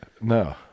No